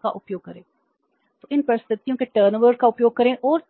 का उपयोग करें